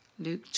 Luke